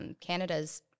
Canada's